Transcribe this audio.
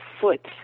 foot